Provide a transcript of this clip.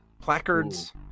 placards